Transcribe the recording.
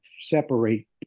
separate